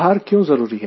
भार क्यों जरूरी है